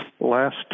last